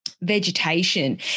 vegetation